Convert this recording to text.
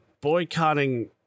Boycotting